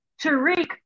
Tariq